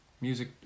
Music